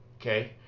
Okay